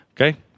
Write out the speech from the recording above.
okay